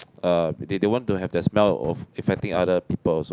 uh they don't want to have the smell of affecting other people also